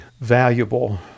valuable